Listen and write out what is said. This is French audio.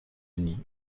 unis